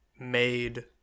made